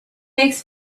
make